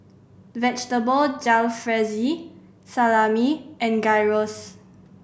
Vegetable Jalfrezi Salami and Gyros